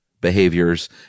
behaviors